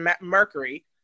Mercury